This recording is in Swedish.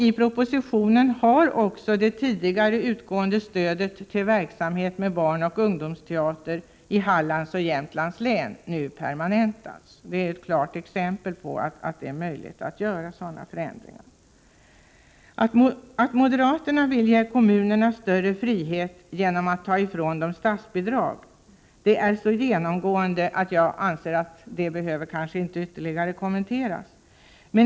I propositionen har också t.ex. det tidigare utgående stödet till verksamheten med barnoch ungdomsteater i Hallands och Jämtlands län permanentats. Det är ett klart exempel på att det är möjligt att göra sådana förändringar. Att moderaterna vill ge kommunerna större frihet genom att ta ifrån dem statsbidrag är någonting så karakteristiskt att det inte behövs ytterligare kommenteras.